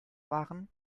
waren